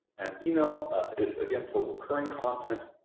and email is, again, for recurring content,